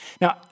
Now